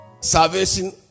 Salvation